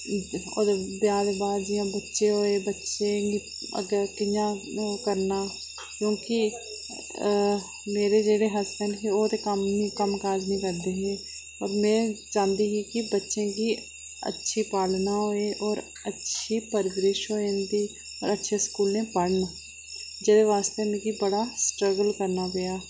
ब्याह् दे बाद जि'यां बच्चे होये बच्चें गी अग्गें ओह् कि'यां करना क्योंकि अ मेरे जेह्ड़े हसबैंड हे ओह् कम्म काज़ निं करदे हे होर में चाहंदी ही कि बच्चें गी अच्छी पालना होऐ होर अच्छी परवरिश होऐ इंटदी होर अच्छे स्कूलें पढ़न जेह्दे बास्तै मिगी बड़ा स्ट्रगल करना पेआ